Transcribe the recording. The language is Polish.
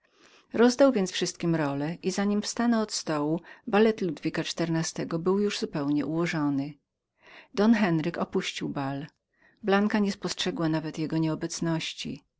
rozdał więc wszystkim role i zanim wstano od stołu balet ludwika xiv był już zupełnie ułożony don henryk opuścił bal blanka nie postrzegła nawet jego nieobecności